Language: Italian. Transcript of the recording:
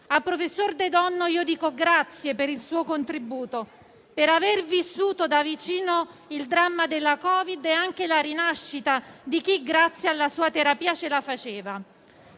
Al professor De Donno dico grazie per il suo contributo, per aver vissuto da vicino il dramma del Covid e anche la rinascita di chi, grazie alla sua terapia, ce la faceva.